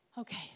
Okay